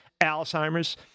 Alzheimer's